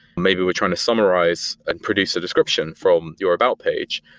maybe we're trying to summarize and produce a description from your about page.